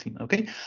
Okay